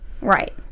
Right